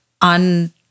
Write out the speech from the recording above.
on